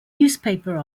newspaper